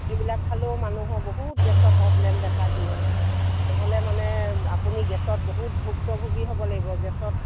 সেইবিলাক খালেও মানুহৰ বহুত গেছৰ প্ৰব্লেম দেখা দিয়ে নহ'লে মানে আপুনি গেছত বহুত ভুক্তভূগী হ'ব লাগিব গেছত